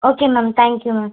okay ma'am thank you ma'am